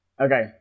Okay